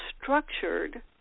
structured